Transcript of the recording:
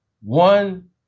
One